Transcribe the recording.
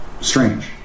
Strange